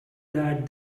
that